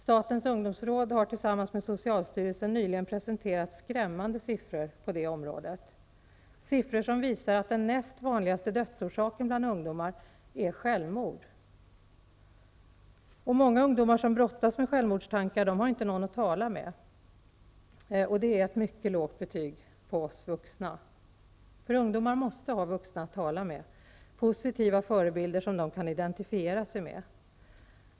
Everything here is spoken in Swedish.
Statens ungdomsråd har tillsammans med socialstyrelsen nyligen presenterat skrämmande siffror på detta område, siffror som visar att den näst vanligaste dödsorsaken bland ungdomar är självmord. Många ungdomar som brottas med självmordstankar har inte någon att tala med. Det är ett mycket lågt betyg på oss vuxna. Ungdomar måste ha vuxna att tala med, positiva förebilder som de kan identifiera sig med.